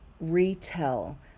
retell